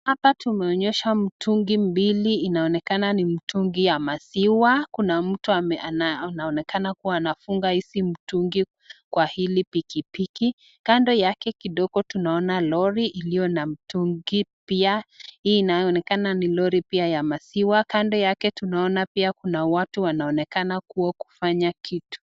Hapa tumeonyeshwa mitungi mbili inaonekana ni mitungi wa maziwa, Kuna mtu anaonekana kuwa anafunga Hizi mitungi kwa pikipiki, kando yake kidogo tunaona lori iliyo na mtungi pia Tena ni Lori ya maziwa, kando yake tunaona Kuna watu wanaonekana kuwa kufanya kitu.